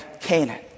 Canaan